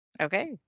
Okay